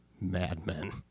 madmen